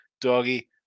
doggy